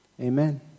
amen